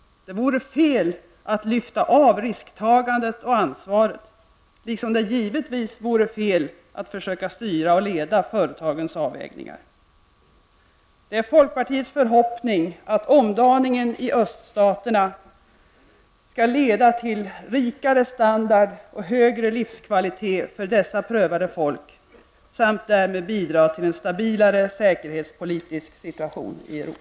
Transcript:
Det vore fel att lyfta av risktagandet och ansvaret, liksom det givetvis vore fel att försöka styra och leda företagets avvägningar. Det är folkpartiets förhoppning att omdaningen i öststaterna skall leda till förbättrad standard och högre livskvalitet för dessa prövade folk, samt därmed bidra till en stabilare säkerhetspolitisk situation i Europa.